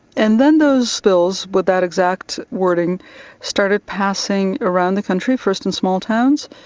and then those bills with that exact wording started passing around the country, first in small towns,